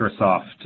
Microsoft